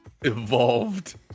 evolved